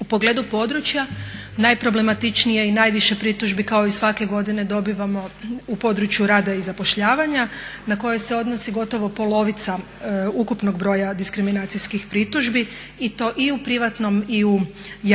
U pogledu područja najproblematičnije i najviše pritužbi kao i svake godine dobivamo u području rada i zapošljavanja na koje se odnosi gotovo polovica ukupnog broja diskriminacijskih pritužbi i to i u privatnom i u